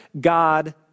God